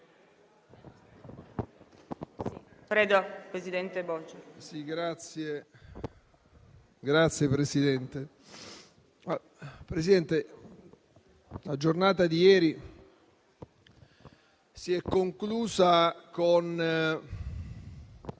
Presidente, la giornata di ieri si è conclusa con